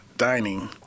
dining